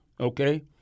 okay